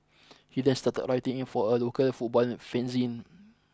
he then started writing a for a local football fanzine